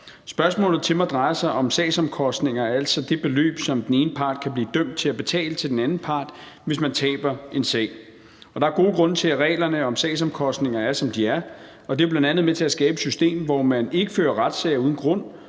Spørgsmålet til mig drejer sig om sagsomkostninger, altså det beløb, som den ene part kan blive dømt til at betale til den anden part, hvis man taber en sag. Og der er gode grunde til, at reglerne om sagsomkostninger er, som de er, og det er bl.a. med til at skabe et system, hvor man ikke fører retssager uden grund,